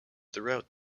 throughout